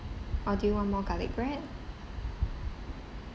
or do you want more garlic bread